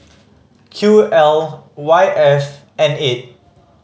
Q L Y F N eight